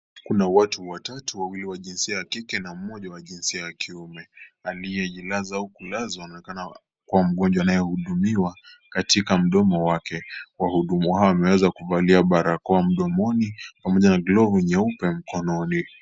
Kuna watu watatu, wawili wa jinsia ya kike na mmoja wa jinsia ya kiume. Aliyejilaza au kulazwa anaonekana kuwa mgnjwa anayehudumiwa katika mdomo wake. Wahudumu hao wameweza kuvalia barakoa mdomoni pamoja na glovu nyeupe mkononi.